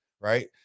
Right